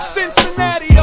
Cincinnati